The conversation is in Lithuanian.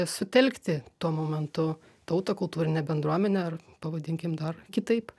sutelkti tuo momentu tautą kultūrinę bendruomenę ar pavadinkim dar kitaip